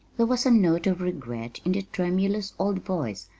there was a note of regret in the tremulous old voice,